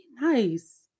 nice